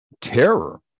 terror